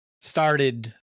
started